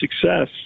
success